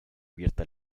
abierta